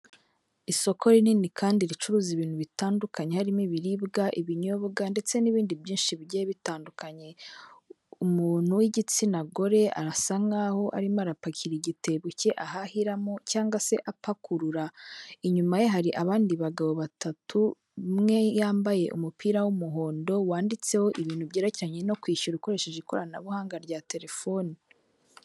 Isoko rinini kandi ricuruza ibintu bitandukanye harimo ibiribwa, ibinyobwa ndetse n'ibindi byinshi bigiye bitandukanye, umuntu w'igitsina gore arasa nkaho arimo arapakira igitebo cye ahahiramo cyangwa se apakurura, inyuma ye hari abandi bagabo batatu umwe yambaye umupira w'umuhondo wanditseho ibintu byerekeranye no kwishyura ukoresheje ikoranabuhanga rya telefoni.